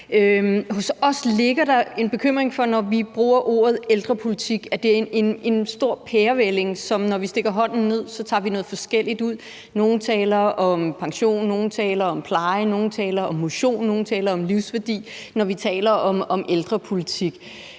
hos os en bekymring for, at det er en stor pærevælling, så man, når man stikker hånden ned i det, tager noget forskelligt ud. Nogle taler om pension, nogle taler om pleje, nogle taler om motion, nogle taler om livsværdi, når vi taler om ældrepolitik,